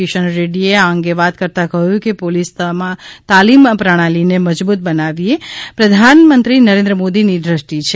કિશન રેડ્ડીએ આ અંગે વાત કરતાં કહ્યું કે પોલીસ તાલીમ પ્રણાલીને મજબૂત બનાવવીએ પ્રધાનમંત્રી નરેન્દ્ર મોદીની દ્રષ્ટિ છે